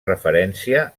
referència